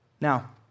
Now